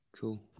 Cool